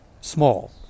small